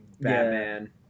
Batman